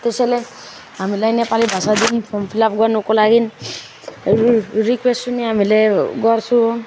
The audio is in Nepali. त्यसैले हामीलाई नेपाली भाषादेखि फर्म फिल अप गर्नुको लागि रि रि रिक्वेस्ट पनि हामीले गर्छु